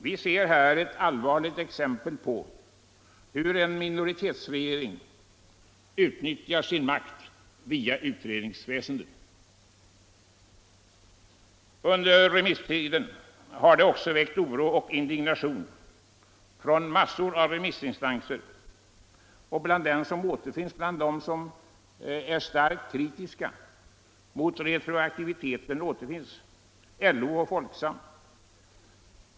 Vi ser här ett allvarligt exempel på hur en minoritetsregering utnyttjar sin makt via utredningsväsendet. Under remisstiden har det också väckt oro och indignation hos massor av remissinstanser. Bland dem som är starkt kritiska mot retroaktiviteten återfinns LO och Folksam.